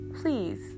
Please